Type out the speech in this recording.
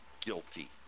guilty